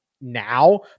now